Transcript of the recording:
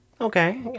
Okay